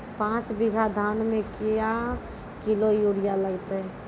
पाँच बीघा धान मे क्या किलो यूरिया लागते?